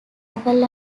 apple